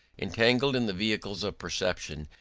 entangled in the vehicles of perception,